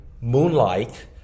moonlight